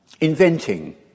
inventing